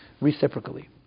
reciprocally